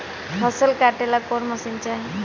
फसल काटेला कौन मशीन चाही?